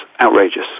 outrageous